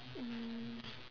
mm